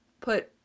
put